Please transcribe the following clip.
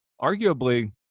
Arguably